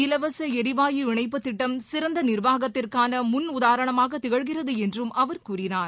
இலவசளிவாயு இணைப்புத் திட்டம் சிறந்தநிர்வாகத்திற்கானமுன்னுதாரணமாகதிகழ்கிறதுஎன்றும் அவர் கூறினார்